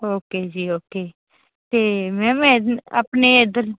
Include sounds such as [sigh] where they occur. okay ਜੀ okay ਅਤੇ ma'am [unintelligible] ਆਪਣੇ ਇੱਧਰ